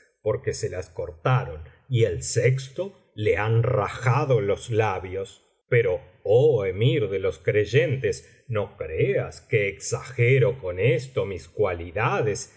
porque se las cortaron y al sexto le han rajado los labios pero oh emir de los creyentes no creas que exagero con esto mis cualidades